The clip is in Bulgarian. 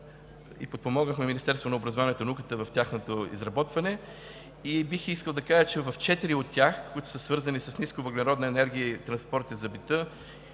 и подпомогнахме Министерството на образованието и науката в тяхното изработване и бих искал да кажа, че в четири от тях, които са свързани с нисковъглеродна енергия и транспорт за бита,